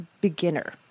beginner